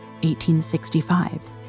1865